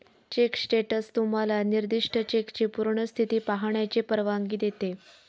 check status तुम्हाला निर्दिष्ट चेकची पूर्ण स्थिती पाहण्याची परवानगी देते